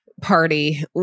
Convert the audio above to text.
party